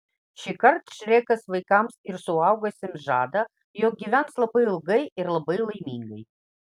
šįkart šrekas vaikams ir suaugusiems žada jog gyvens labai ilgai ir labai laimingai